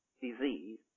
disease